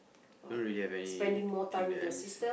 don't really have anything that I miss